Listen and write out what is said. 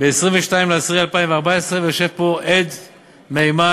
ב-22 באוקטובר 2014. יושב פה עד מהימן,